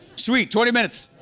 sweet, twenty minutes.